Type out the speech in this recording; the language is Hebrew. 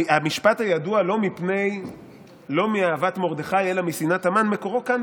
המשפט הידוע "לא מאהבת מרדכי אלא משנאת המן" מקורו כאן,